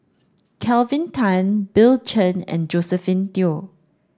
Kelvin Tan Bill Chen and Josephine Teo